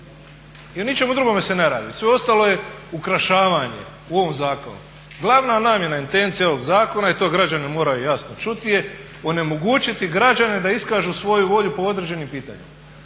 I o ničemu drugome se ne radi, sve ostalo je ukrašavanje u ovom zakonu. Glavna namjena, intencija ovog zakona i to građani moraju jasno čuti je onemogućiti građane da iskažu svoju volju po određenim pitanjima,